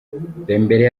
dembele